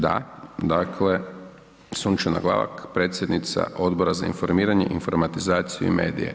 Da, dakle Sunčana Glavak predsjednica Odbora za informiranje, informatizaciju i medije.